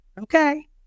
Okay